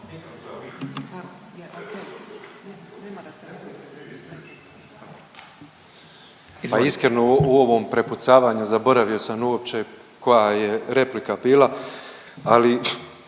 Pa iskreno u ovom prepucavanju zaboravio sam uopće koja je replika bila, ali